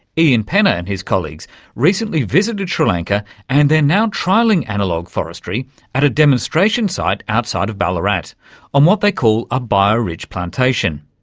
ian penna and his colleagues recently visited sri lanka and they're now trialling analogue forestry at a demonstration site outside of ballarat on what they call a biorich plantation.